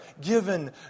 given